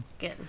good